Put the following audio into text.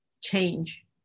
change